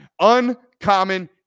Uncommon